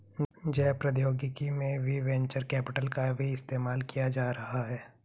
जैव प्रौद्योगिकी में भी वेंचर कैपिटल का ही इस्तेमाल किया जा रहा है